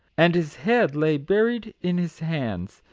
and his head lay buried in his hands,